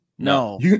No